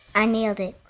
i nailed it